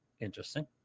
Interesting